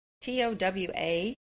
T-O-W-A